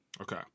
Okay